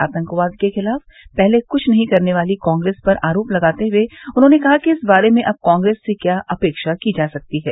आतंकवाद के खिलाफ पहले क्छ नहीं करने वाली कांग्रेस पर आरोप लगाते हुए उन्होंने कहा कि इस बारे में अब कांग्रेस से क्या अपेक्षा की जा सकती है